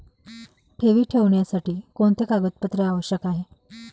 ठेवी ठेवण्यासाठी कोणते कागदपत्रे आवश्यक आहे?